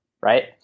right